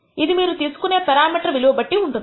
ఇది మీరు తీసుకునే పేరామీటర్ విలువ బట్టి ఉంటుంది